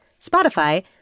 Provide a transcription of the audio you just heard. Spotify